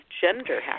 gender